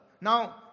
Now